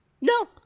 No